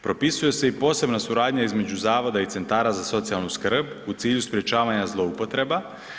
Propisuju se i posebna suradnja između zavoda i centara za socijalnu skrb u cilju sprečavanja zloupotreba.